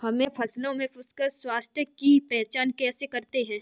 हम फसलों में पुष्पन अवस्था की पहचान कैसे करते हैं?